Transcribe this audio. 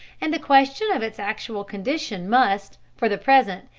and the question of its actual condition must, for the present,